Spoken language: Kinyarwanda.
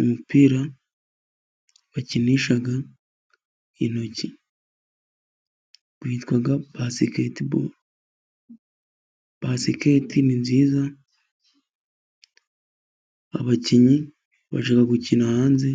Umupira bakinisha intoki witwa basiketiboro. Basiketi ni nziza, abakinnyi bajya gukina hanze,